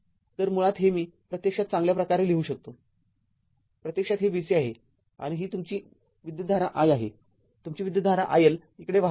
तर मुळात हे मी प्रत्यक्षात चांगल्या प्रकारे लिहू शकतो प्रत्यक्षात हे v C आहे आणि ही तुमची विद्युतधारा i आहेतुमची विद्युतधारा I L इकडे वाहत आहे